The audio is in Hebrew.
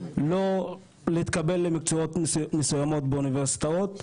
לא להתקבל למקצועות מסוימים באוניברסיטאות,